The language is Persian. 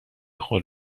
خود